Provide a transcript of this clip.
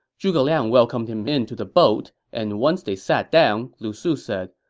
zhuge liang welcomed him into the boat, and once they sat down, lu su said,